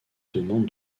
demande